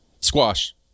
Squash